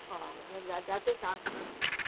हा जिते तव्हांखे